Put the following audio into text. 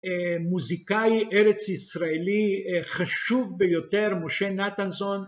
מוזיקאי ארץ ישראלי, חשוב ביותר, משה נתנזון.